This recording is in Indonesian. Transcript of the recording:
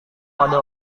pada